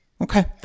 Okay